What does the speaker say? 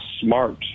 smart